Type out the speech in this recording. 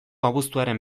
abuztuaren